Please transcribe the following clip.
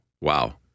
Wow